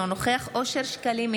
אינו נוכח אושר שקלים,